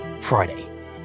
Friday